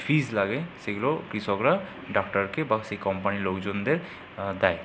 ফিস লাগে সেগুলো কৃষকরা ডাক্তারকে বা সেই কোম্পানির লোকজনদের দেয়